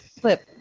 clip